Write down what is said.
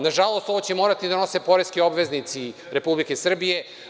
Nažalost ovo će morati da snose poreski obveznici Republike Srbije.